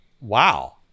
wow